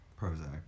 Prozac